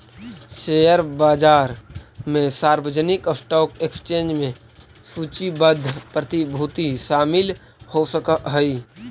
share बाजार में सार्वजनिक स्टॉक एक्सचेंज में सूचीबद्ध प्रतिभूति शामिल हो सकऽ हइ